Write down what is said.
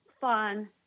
fun